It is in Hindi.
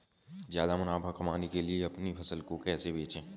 ज्यादा मुनाफा कमाने के लिए अपनी फसल को कैसे बेचें?